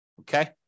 Okay